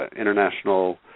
international